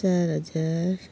चार हजार